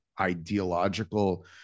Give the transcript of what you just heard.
ideological